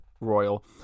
Royal